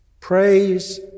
Praise